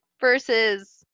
versus